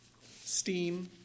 steam